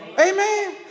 Amen